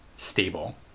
stable